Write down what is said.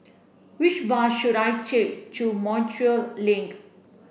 which bus should I take to Montreal Link